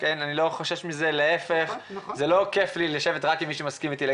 לא כיף לי לשבת רק עם מי שמסכים אתי,